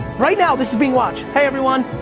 right now this is being watched, hey, everyone.